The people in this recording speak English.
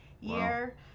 year